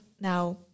now